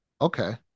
okay